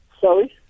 sorry